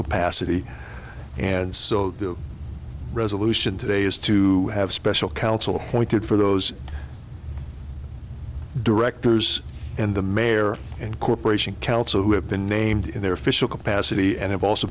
capacity and so the resolution today is to have special counsel appointed for those directors and the mayor and corporation counsel who have been named in their official capacity and have also